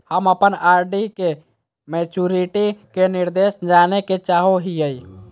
हम अप्पन आर.डी के मैचुरीटी के निर्देश जाने के चाहो हिअइ